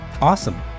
Awesome